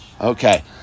Okay